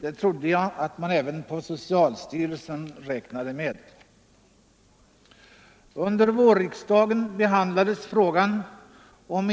Det trodde jag att man även på socialstyrelsen räknade med.